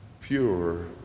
pure